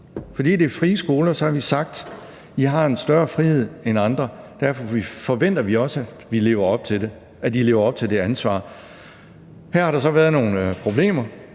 fordi det er frie skoler, har vi sagt, at de har en større frihed end andre, og derfor forventer vi også, at de lever op til det ansvar. Her har der så været nogle problemer.